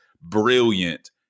Brilliant